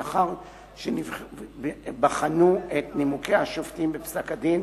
ולאחר שבחנו את נימוקי השופטים בפסק-הדין